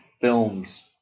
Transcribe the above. films